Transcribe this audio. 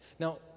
Now